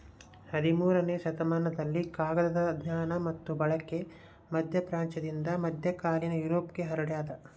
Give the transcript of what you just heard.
ಹದಿಮೂರನೇ ಶತಮಾನದಲ್ಲಿ ಕಾಗದದ ಜ್ಞಾನ ಮತ್ತು ಬಳಕೆ ಮಧ್ಯಪ್ರಾಚ್ಯದಿಂದ ಮಧ್ಯಕಾಲೀನ ಯುರೋಪ್ಗೆ ಹರಡ್ಯಾದ